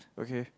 okay